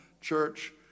church